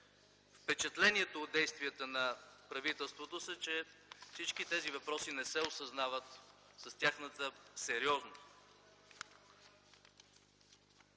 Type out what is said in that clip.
Впечатлението от действията на правителството са, че всички тези въпроси не се осъзнават с тяхната сериозност.